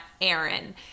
Aaron